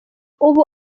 ubu